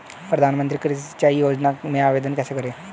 प्रधानमंत्री कृषि सिंचाई योजना में आवेदन कैसे करें?